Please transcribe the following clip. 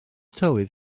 tywydd